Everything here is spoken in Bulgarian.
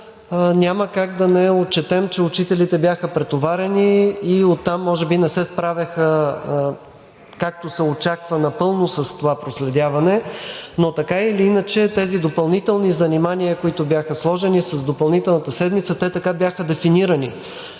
няма как да не отчетем, че учителите бяха претоварени и оттам може би не се справяха напълно с това проследяване, както се очаква. Но така или иначе тези допълнителни занимания, които бяха сложени с допълнителната седмица, така бяха дефинирани,